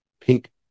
Pink